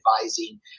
advising